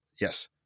Yes